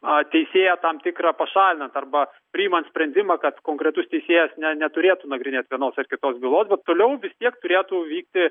a teisėją tam tikrą pašalinant arba priimant sprendimą kad konkretus teisėjas neturėtų nagrinėti vienos ar kitos bylosbet toliau vis tiek turėtų vykti